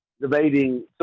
debating